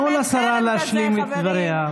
תנו לשרה להשלים את דבריה,